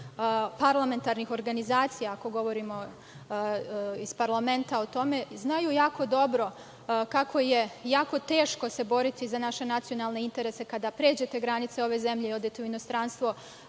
parlamentarnih organizacija, ako govorimo iz parlamenta o tome, znaju jako dobro kako je jako teško boriti se za naše nacionalne interese kada pređete granice ove zemlje i odete u inostranstvo,